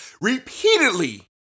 repeatedly